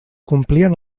complien